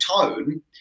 tone